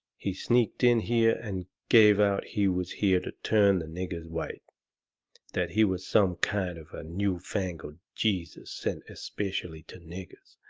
he sneaked in here and gave out he was here to turn the niggers white that he was some kind of a new-fangled jesus sent especially to niggers,